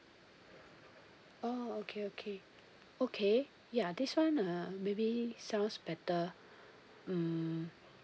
oh okay okay okay ya this one uh maybe sounds better mm